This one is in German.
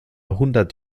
hundert